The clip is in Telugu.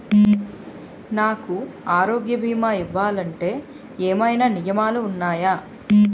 నాకు ఆరోగ్య భీమా ఇవ్వాలంటే ఏమైనా నియమాలు వున్నాయా?